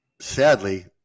sadly